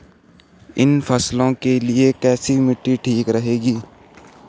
इन फसलों के लिए कैसी मिट्टी ठीक रहेगी?